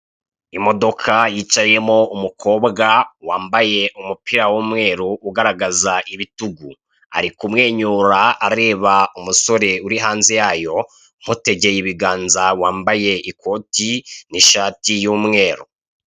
Imodoka yicayemo umukobwa wambaye umupira w'umweru ugaragaza ibitugu, ari kumwenyura areba umusore uri hanze yayo, umutegeye ibiganza wambaye ikote n'ishati y'umweru.